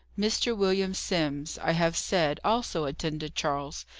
mr. william simms, i have said, also attended charles.